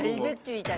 what do